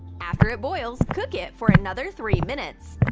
after it boils, cook it for another three minutes.